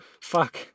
fuck